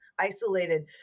isolated